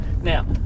now